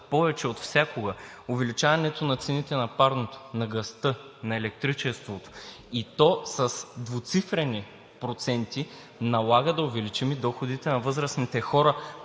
повече отвсякога – увеличаването на цените на парното, на газта, на електричеството, и то с двуцифрени проценти, налага да увеличим и доходите на възрастните хора,